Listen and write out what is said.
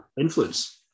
influence